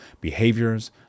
behaviors